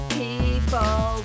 people